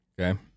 Okay